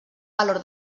valor